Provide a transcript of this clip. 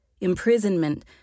Imprisonment